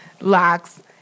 locks